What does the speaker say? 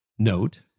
Note